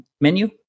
menu